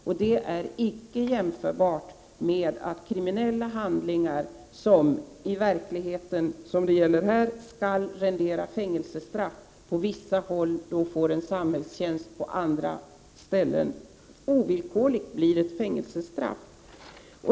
Och det är icke jämförbart med att kriminella handlingar, som det här handlar om, som egentligen skall rendera fängelsestraff, på vissa håll leder till samhällstjänst och på andra håll till fängelsestraff.